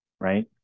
right